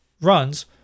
runs